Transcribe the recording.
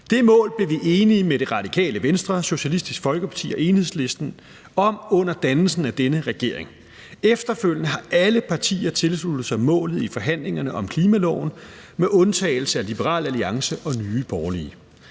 Det mål blev vi enige med Det Radikale Venstre, Socialistisk Folkeparti og Enhedslisten om under dannelsen af denne regering. Efterfølgende har alle partier tilsluttet sig målet i forhandlingerne om klimaloven med undtagelse af Liberal Alliance og Nye Borgerlige.